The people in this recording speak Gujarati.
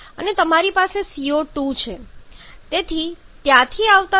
તેથી ત્યાંથી આવતા 0